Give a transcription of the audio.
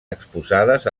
exposades